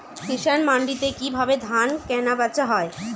কৃষান মান্ডিতে কি ভাবে ধান কেনাবেচা হয়?